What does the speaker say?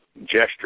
gesture